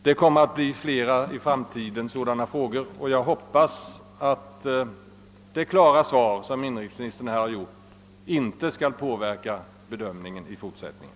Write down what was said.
Det kommer säkert att uppstå flera sådana frågor i framtiden, och jag hoppas att de klara svar som inrikesministern nu lämnat inte skall påverka bedömningen i fortsättningen.